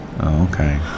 Okay